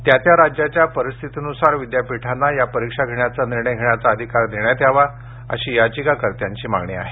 त्या त्या राज्याच्या परिस्थितीनुसार विद्यापीठांना या परीक्षा घेण्याचं निर्णय घेण्याचा अधिकार देण्यात यावा अशी याचिकाकर्त्यांची मागणी आहे